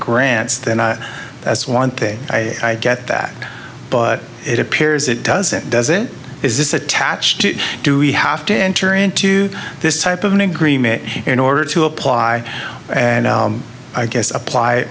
grants then i that's one thing i get that but it appears it doesn't does it is this attached to do we have to enter into this type of an agreement in order to apply and i guess apply